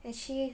actually